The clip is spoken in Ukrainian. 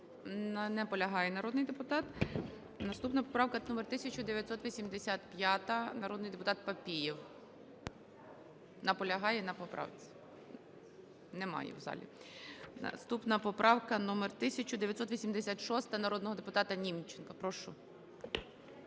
Не наполягає народний депутат. Наступна поправка номер 1985. Народний депутат Папієв. Наполягає на поправці. Немає в залі. Наступна поправка номер 1986 народного депутата Німченка. Прошу.